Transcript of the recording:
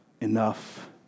enough